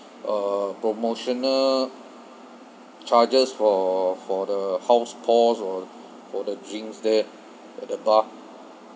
uh promotional charges for for the house calls or for the drinks there at the bar